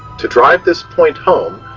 to drive this point home,